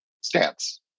stance